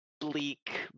bleak